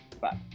Bye